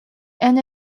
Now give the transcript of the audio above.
and